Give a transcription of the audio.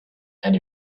and